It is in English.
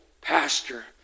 pastor